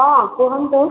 ହଁ କୁହନ୍ତୁ